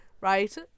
right